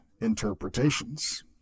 interpretations